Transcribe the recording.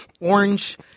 orange